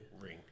Ring